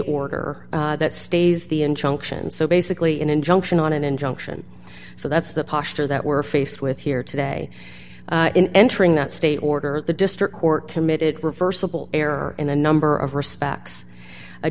order that stays the injunction so basically an injunction on an injunction so that's the posture that we're faced with here today in entering that state order the district court committed reversible error in a number of respects a